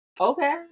okay